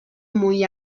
muy